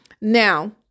Now